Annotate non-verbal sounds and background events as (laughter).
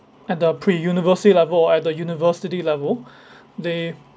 at the pre-university level or at the university level (breath) they